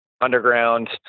underground